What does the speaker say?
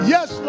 Yes